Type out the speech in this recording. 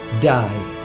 Die